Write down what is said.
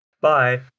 Bye